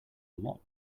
lot